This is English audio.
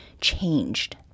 changed